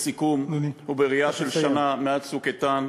לסיכום, ובראייה של שנה מאז "צוק איתן",